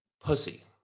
pussy